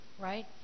right